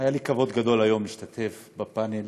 היה לי כבוד גדול היום להשתתף בפאנל